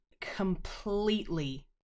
completely